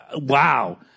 Wow